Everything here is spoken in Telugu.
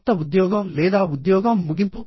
కొత్త ఉద్యోగం లేదా ఉద్యోగం ముగింపు